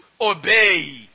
obey